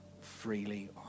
freely